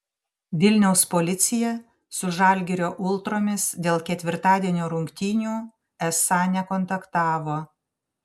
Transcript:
vilniaus policija su žalgirio ultromis dėl ketvirtadienio rungtynių esą nekontaktavo